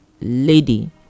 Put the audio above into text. lady